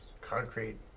concrete